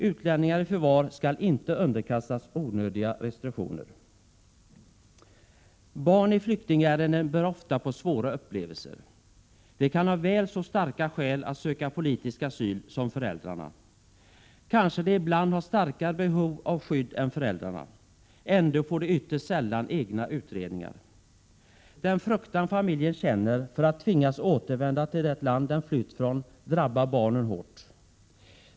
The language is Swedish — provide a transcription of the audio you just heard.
Utlänningar i förvar skall inte underkastas onödiga restriktioner. Barn i flyktingfamiljer bär ofta på svåra upplevelser. De kan ha väl så starka skäl att söka politisk asyl som föräldrarna — kanske de ibland har starkare behov av skydd än föräldrarna; ändå får de ytterst sällan egna utredningar. Den fruktan familjen känner för att tvingas återvända till det land den flytt från drabbar barnen hårt.